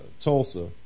Tulsa